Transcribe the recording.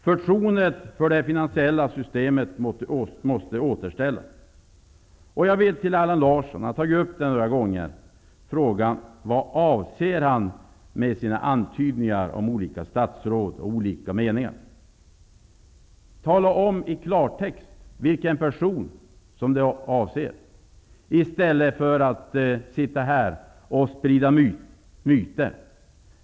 Förtroendet för det finansiella systemet måste återställas. Jag vill fråga vad Allan Larsson avser med sina antydningar om olika statsråds olika meningar. Tala i klartext om vilken person som avses i stället för att sitta här och sprida myter.